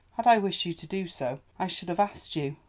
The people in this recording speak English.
had i wished you to do so i should have asked you.